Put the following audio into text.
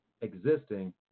Existing